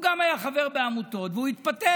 גם הוא היה חבר בעמותות, והוא התפטר.